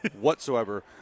whatsoever